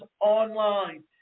online